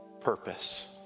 purpose